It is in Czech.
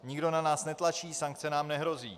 Nikdo na nás netlačí, sankce nám nehrozí.